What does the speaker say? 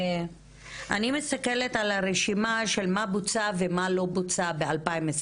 אני מסתכלת על הרשימה של מה בוצע ומה לא בוצע ב-2021.